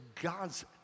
God's